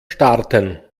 starten